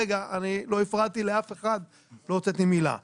המכרז הוא לא חסות הכול.